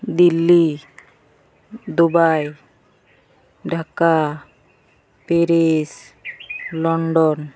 Delhi Dubai Dhaka Paris London